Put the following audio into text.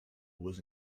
was